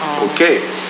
Okay